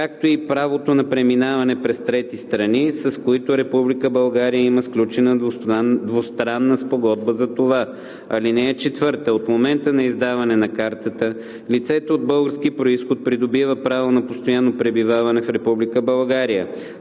както и правото на преминаване през трети страни, с които Република България има сключена двустранна спогодба за това. (4) От момента на издаване на картата, лицето от български произход придобива право на постоянно пребиваване в